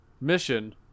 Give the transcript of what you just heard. mission